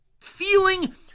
feeling